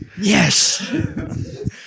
Yes